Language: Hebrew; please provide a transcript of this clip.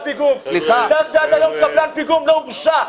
עובדה שעד היום אף קבלן פיגום לא הורשע.